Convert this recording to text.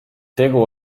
tegu